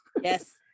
Yes